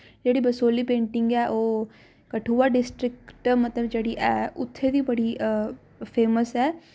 जेह्ड़ी बसोली पेंटिंग ऐ ओह् कठुआ डिसट्रिक ते मतलब जेह्ड़ी ऐ उत्थै दी बड़ी फेमस ऐ